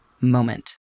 moment